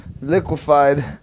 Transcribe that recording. liquefied